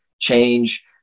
change